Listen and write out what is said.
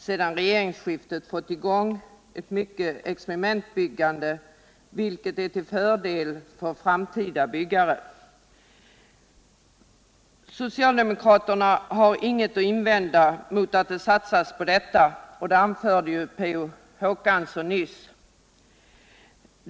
Sedan regeringsskiftet har man fått i gång mycket experimentbyggande, vilket blir till fördel för framtida byggare. Socialdemokraterna har ingenting att invända mot en stor satsning på detta — det anförde P. O. Håkansson nyss.